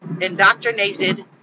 indoctrinated